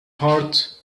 heart